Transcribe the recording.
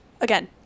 Again